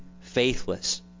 faithless